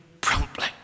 promptly